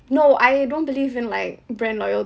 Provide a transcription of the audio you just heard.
no I don't believe in like brand loyalty